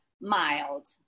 mild